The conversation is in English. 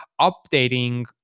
updating